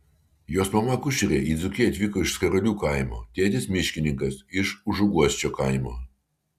jos mama akušerė į dzūkiją atvyko iš skarulių kaimo tėtis miškininkas iš užuguosčio kaimo